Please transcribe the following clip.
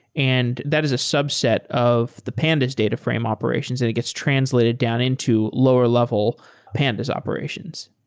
and that is a subset of the pandas data frame operations and it gets translated down into lower-level pandas operations.